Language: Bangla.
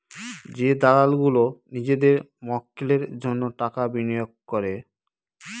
যে দালাল গুলো নিজেদের মক্কেলের জন্য টাকা বিনিয়োগ করে